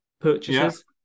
purchases